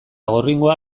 gorringoa